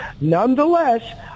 nonetheless